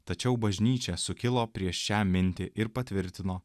tačiau bažnyčia sukilo prieš šią mintį ir patvirtino